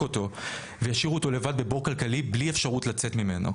אותו וישאירו אותו לבד בבור כלכלי בלי אפשרות לצאת ממנו?